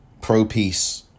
Pro-peace